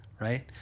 right